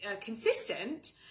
consistent